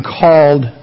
called